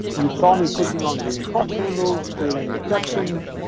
you saw me clicking on green plus handles, creating new sections.